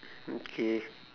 okay